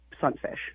sunfish